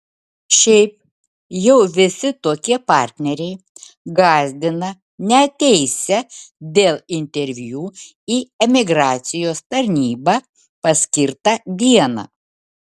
šiaip jau visi tokie partneriai gąsdina neateisią dėl interviu į emigracijos tarnybą paskirtą dieną